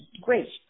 Great